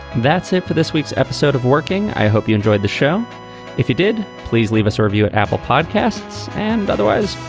that's it for this week's episode of working. i hope you enjoyed the show if it did, please leave a serve you at apple podcasts and otherwise,